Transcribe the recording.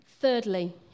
Thirdly